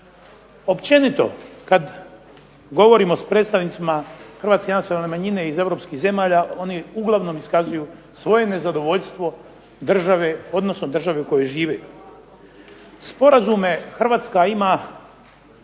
Općenito kad govorimo s predstavnicima hrvatske nacionalne manjine iz europskih zemalja oni uglavnom iskazuju svoje nezadovoljstvo države, odnosno države u kojoj žive. Sporazume Hrvatska ima